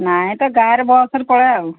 ନାଇଁ ତ ଗାଁରେ ବସରେ ପଳେବା ଆଉ